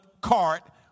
cart